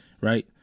Right